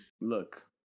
Look